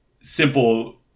simple